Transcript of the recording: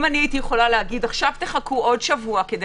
אם הייתי יכולה לומר: עכשיו תחכו עוד שבוע כדי